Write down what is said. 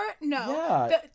No